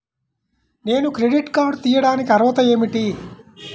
నేను credit card తీయడానికి అర్హత ఏమిటి?